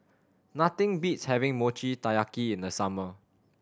nothing beats having Mochi Taiyaki in the summer